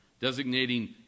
designating